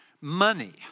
money